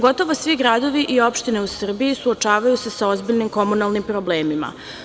Gotovo svi gradovi i opštine u Srbiji su suočavaju se sa ozbiljnim komunalnim problemima.